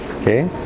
Okay